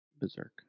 Berserk